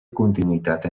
continuïtat